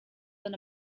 been